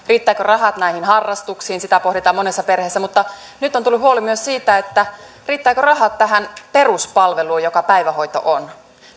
riittävätkö rahat näihin harrastuksiin sitä pohditaan monessa perheessä mutta nyt on tullut huoli myös siitä riittävätkö rahat tähän peruspalveluun joka päivähoito on nämä